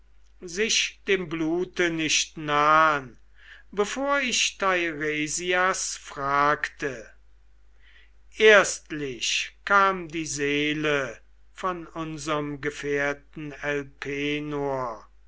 sich dem blute nicht nahn bevor ich teiresias fragte erstlich kam die seele von unserm gefährten